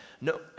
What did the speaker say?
no